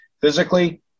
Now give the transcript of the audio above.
Physically